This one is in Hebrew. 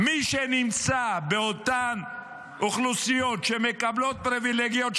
מי שנמצא באותן אוכלוסיות שמקבלות פריבילגיות,